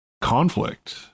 conflict